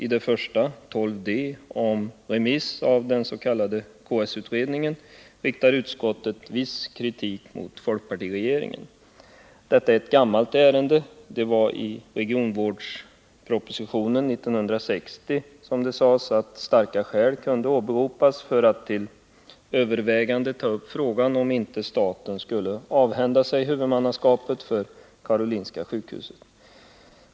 I det första, 12 d om remiss av den s.k. KS-utredningen, riktar utskottet viss kritik mot folkpartiregeringen. Detta är ett gammalt ärende. Det vari regionvårdspropositionen 1960 som det sades att starka skäl kunde åberopas för att till övervägande ta upp frågan om inte staten skulle avhända sig huvudmannaskapet för Karolinska sjukhuset.